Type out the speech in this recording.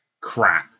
crap